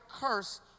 curse